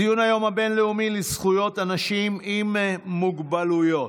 ציון היום הבין-לאומי לזכויות אנשים עם מוגבלויות.